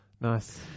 Nice